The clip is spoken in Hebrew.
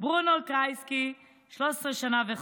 ברונו קרייסקי, 13 שנה וחודש.